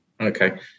Okay